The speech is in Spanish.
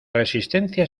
resistencia